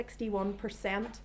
61%